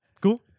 cool